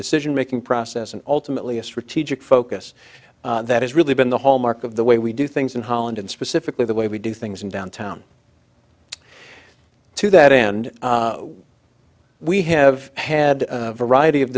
decision making process and ultimately a strategic focus that has really been the hallmark of the way we do things in holland and specifically the way we do things in downtown to that end we have had a variety of